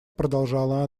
продолжала